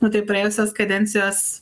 nu tai praėjusios kadencijos